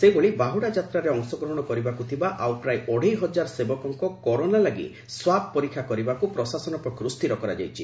ସେହିଭଳି ବାହୁଡା ଯାତ୍ରାରେ ଅଂଶ ଗ୍ରହଶ କରିବାକୁ ଥିବା ଆଉ ପ୍ରାୟ ଅଢେଇ ହଜାର ସେବକଙ କରୋନା ଲାଗି ସ୍ୱାବ୍ ପରୀକ୍ଷା କରିବାକୁ ପ୍ରଶାସନ ପକ୍ଷରୁ ସ୍ପିର କରାଯାଇଛି